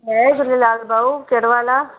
जय झुलेलाल भाऊ कहिड़ो हालु आहे